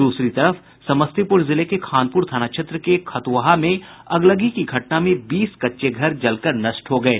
दूसरी तरफ समस्तीपुर जिले के खानपुर थाना क्षेत्र के खतुआहा में अगलगी की घटना में बीस कच्चे घर जलकर नष्ट हो गये